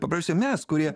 paprastai mes kurie